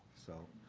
so,